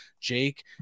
Jake